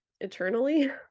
eternally